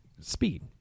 speed